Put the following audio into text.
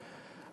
עִמָּךְ".